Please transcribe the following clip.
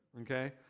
okay